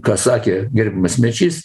ką sakė gerbiamas mečys